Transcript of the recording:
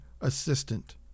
assistant